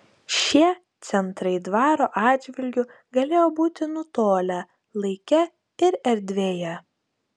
šie centrai dvaro atžvilgiu galėjo būti nutolę laike ir erdvėje